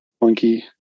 Monkey